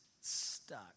stuck